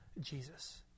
Jesus